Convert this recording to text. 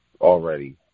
already